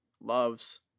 loves